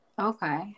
Okay